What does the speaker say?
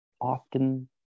often